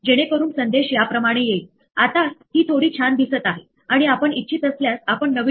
तर आपल्याला खरोखर कशामध्ये रस आहे तर वैध प्रोग्राम मध्ये उद्भवणाऱ्या त्रुटी